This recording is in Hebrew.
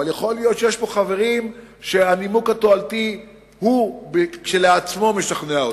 אבל יכול להיות שיש פה חברים שהנימוק התועלתי כשלעצמו משכנע אותם,